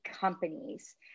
companies